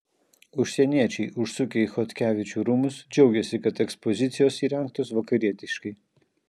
užsieniečiai užsukę į chodkevičių rūmus džiaugiasi kad ekspozicijos įrengtos vakarietiškai